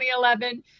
2011